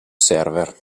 server